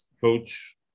coach